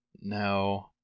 no